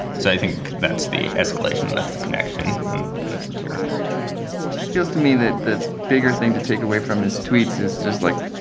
so i think that's the escalation that's the connection and kind of satirical yeah. it just feels to me that the bigger thing to take away from his tweets is just, like,